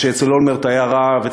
מה שאצל אולמרט היה רהב,